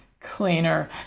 cleaner